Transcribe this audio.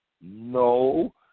no